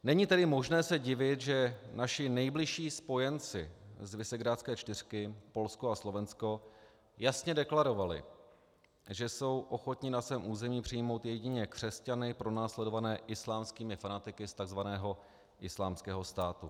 Není tedy možné se divit, že naši nejbližší spojenci z visegrádské čtyřky Polsko a Slovensko jasně deklarovali, že jsou ochotni na svém území přijmout jedině křesťany pronásledované islámskými fanatiky z tzv. Islámského státu.